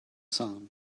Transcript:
sun